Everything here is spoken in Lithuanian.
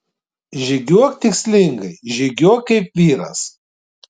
žygiuok tikslingai žygiuok kaip vyras